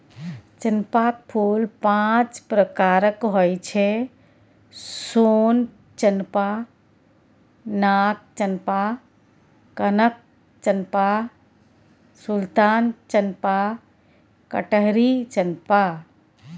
चंपाक फूल पांच प्रकारक होइ छै सोन चंपा, नाग चंपा, कनक चंपा, सुल्तान चंपा, कटहरी चंपा